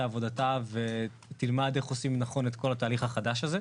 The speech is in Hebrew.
עבודתה ותלמד איך עושים נכון את כל התהליך החדש הזה.